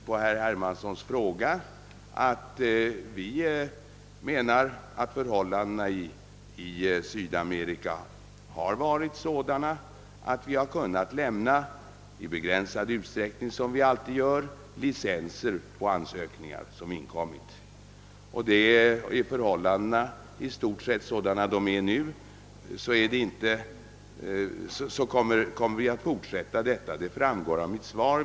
På herr Hermanssons fråga vill jag svara att vi menar att förhållandena i Sydamerika har varit sådana att vi, som alltid endast i begränsad utsträckning, har kunnat lämna licenser på ansökningar som inkommit. Blir förhållandena i stort sett sådana som de är nu, kommer vi att fortsätta med detta; det framgår av mitt svar.